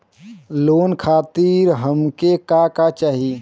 Loan खातीर हमके का का चाही?